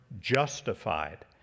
justified